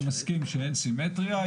אני מסכים שאין סימטריה.